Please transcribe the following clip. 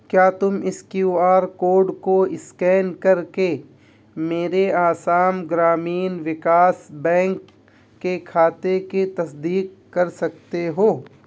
کیا تم اس کیو آر کوڈ کو اسکین کر کے میرے آسام گرامین وکاس بینک کے کھاتے کی تصدیق کر سکتے ہو